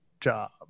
job